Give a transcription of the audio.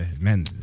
man